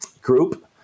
group